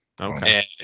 Okay